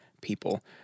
people